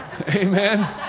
Amen